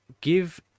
give